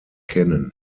kennen